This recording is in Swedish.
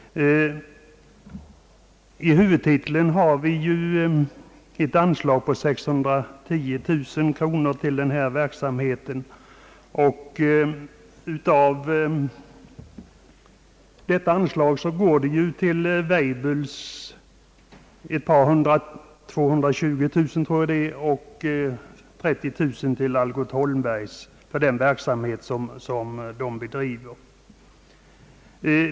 I huvudtiteln har upptagits ett anslag på 610 000 kronor till denna verksamhet, och av detta anslag går — tror jag — 220000 kronor till Weibulls och 30 000 kronor till Algot Holmberg & Söner för den verksamhet som de bedriver.